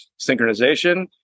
synchronization